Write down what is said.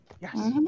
Yes